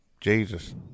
Jesus